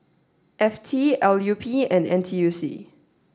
F T L U P and N T U C